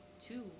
two